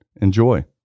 Enjoy